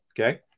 Okay